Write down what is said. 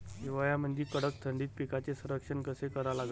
हिवाळ्यामंदी कडक थंडीत पिकाचे संरक्षण कसे करा लागन?